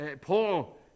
Paul